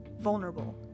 vulnerable